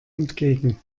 entgegen